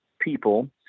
people